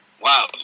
wow